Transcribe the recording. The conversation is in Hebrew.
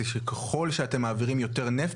זה ככול שאתם מעבירים יותר נפט,